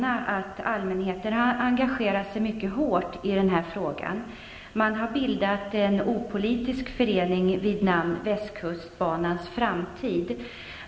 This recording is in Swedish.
Allmänheten har engagerat sig mycket hårt i den här frågan. Man har bildat en opolitisk förening vid namn Västkustbanans framtid.